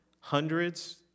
hundreds